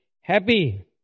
happy